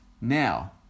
now